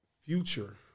future